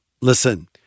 Listen